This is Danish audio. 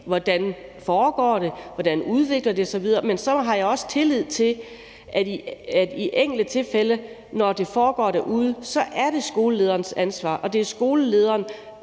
hvordan det foregår, og hvordan det udvikler sig videre, men så har jeg også tillid til, at det i de enkelte tilfælde, når det foregår derude, er skolelederens ansvar. Det er skolelederen,